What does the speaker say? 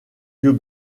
yeux